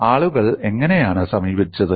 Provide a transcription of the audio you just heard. ആളുകൾ എങ്ങനെയാണ് സമീപിച്ചത്